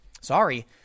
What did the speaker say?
Sorry